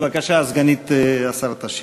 בבקשה, סגנית השר תשיב.